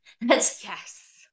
Yes